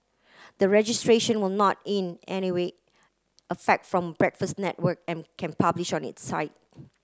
the registration will not in any way affect from Breakfast Network and can publish on its site